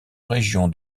région